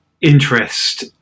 interest